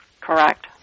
Correct